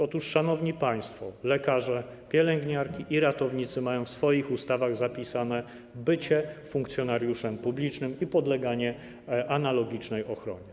Otóż, szanowni państwo, lekarze, pielęgniarki i ratownicy mają w swoich ustawach zapisane bycie funkcjonariuszem publicznym i podleganie analogicznej ochronie.